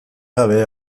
gabe